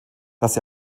dass